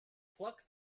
pluck